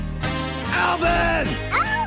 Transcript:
Alvin